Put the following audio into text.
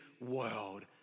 world